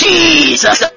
Jesus